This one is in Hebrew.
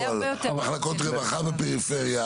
על מחלוקות רווחה בפריפריה.